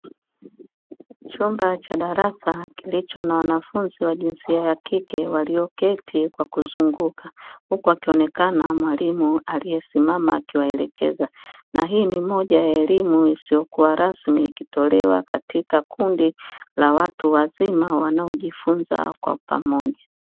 Chumba cha darasa kilicho na wanafunzi wa jinsia ya kike, walioketi kwa kuzunguka huku akionekana mwalimu aliyesimama akiwaelekeza, na hii ni moja ya elimu isiyokuwa rasmi ikitolewa katika kundi la watu wazima wanaojifunza pamoja.